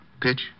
Pitch